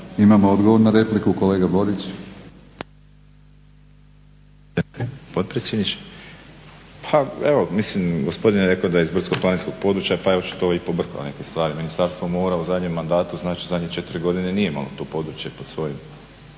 Imamo odgovor na repliku, kolega Borić.